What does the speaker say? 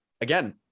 again